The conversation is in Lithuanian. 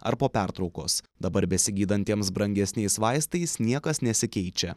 ar po pertraukos dabar besigydantiems brangesniais vaistais niekas nesikeičia